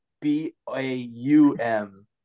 B-A-U-M